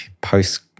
post